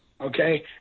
okay